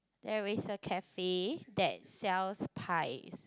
there is a cafe that sells pies